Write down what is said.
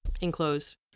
enclosed